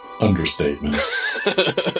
Understatement